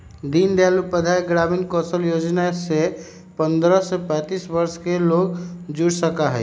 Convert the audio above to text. दीन दयाल उपाध्याय ग्रामीण कौशल योजना से पंद्रह से पैतींस वर्ष के लोग जुड़ सका हई